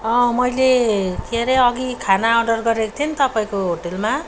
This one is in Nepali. अँ मैले के अरे अघि खाना अर्डर गरेको थिएँ नि तपाईँको होटेलमा